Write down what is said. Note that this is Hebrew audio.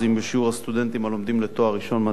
הסטודנטים הלומדים לתואר ראשון במדעי הרוח,